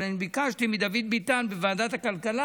אבל אני ביקשתי מדוד ביטן בוועדת הכלכלה.